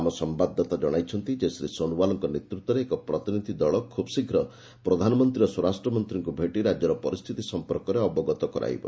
ଆମ ସମ୍ଭାଦଦାତା ଜଣାଇଛନ୍ତି ଯେ ଶ୍ରୀ ସୋନୱାଲଙ୍କ ନେତୃତ୍ୱରେ ଏକ ପ୍ରତିନିଧି ଦଳ ଖୁବ୍ଶୀଘ୍ର ପ୍ରଧାନମନ୍ତ୍ରୀ ଓ ସ୍ୱରାଷ୍ଟ୍ରମନ୍ତ୍ରୀଙ୍କୁ ଭେଟି ରାଜ୍ୟର ପରିସ୍ଥିତି ସଂପର୍କରେ ଅବଗତ କରାଇବ